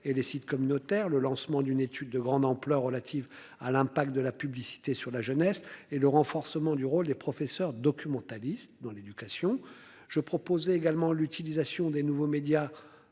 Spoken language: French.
et les sites communautaires, le lancement d'une étude de grande ampleur relative à l'impact de la publicité sur la jeunesse et le renforcement du rôle des professeurs documentaliste dans l'éducation. Je proposais également l'utilisation des nouveaux médias.